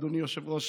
ואדוני היושב-ראש,